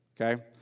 Okay